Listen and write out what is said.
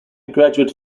graduate